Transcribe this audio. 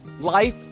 Life